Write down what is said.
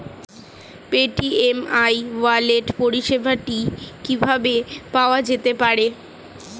Paytm e wallet পরিষেবাটি কিভাবে পাওয়া যেতে পারে?